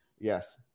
Yes